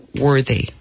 worthy